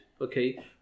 Okay